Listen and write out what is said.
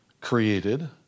created